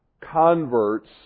converts